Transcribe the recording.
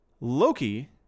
Loki